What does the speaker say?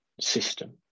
system